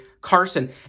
Carson